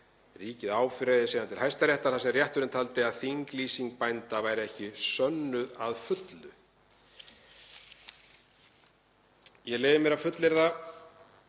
Ríkið áfrýjaði síðan til Hæstaréttar þar sem rétturinn taldi að þinglýsing bænda væri ekki sönnuð að fullu. Ég leyfi mér að fullyrða,